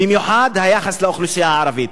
במיוחד ביחס לאוכלוסייה הערבית.